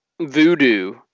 voodoo